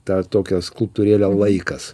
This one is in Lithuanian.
tą tokią skulptūrėlę laikas